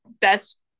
best